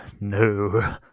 no